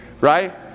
Right